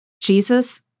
Jesus